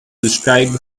describe